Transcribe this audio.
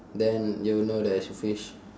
then you know there is a fish